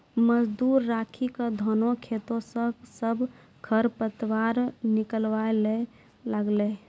मजदूर राखी क धानों खेतों स सब खर पतवार निकलवाय ल लागलै